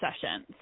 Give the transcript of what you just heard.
sessions